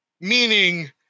Meaning